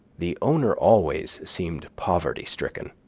the owner always seemed poverty-stricken.